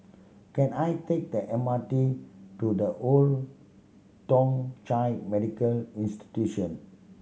can I take the M R T to The Old Thong Chai Medical Institution